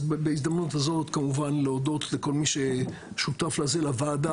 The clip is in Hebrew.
אז בהזדמנות הזאת להודות לכל מי ששותף לזה,